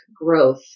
growth